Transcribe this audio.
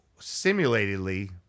simulatedly